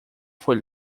foi